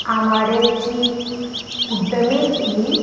आंबाड्याची उड्डमेथी